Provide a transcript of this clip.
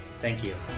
thank you.